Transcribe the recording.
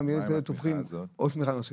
גם בילד כזה תומכים עוד תמיכה נוספת.